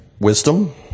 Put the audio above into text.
wisdom